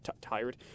Tired